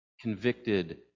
convicted